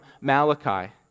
Malachi